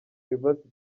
university